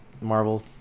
Marvel